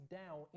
down